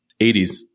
80s